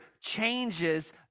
changes